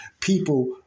people